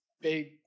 big